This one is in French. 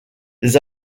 des